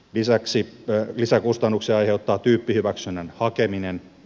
lisäksi lisäkustannuksen aiheuttaa tyyppihyväksynnän hakeminen